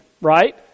right